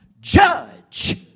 judge